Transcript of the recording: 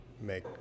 make